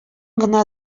гына